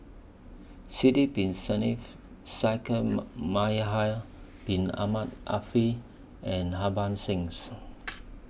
Sidek Bin Saniff Shaikh Yahya Bin Ahmed Afifi and Harbans Sings